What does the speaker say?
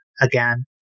again